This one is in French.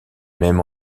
même